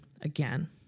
again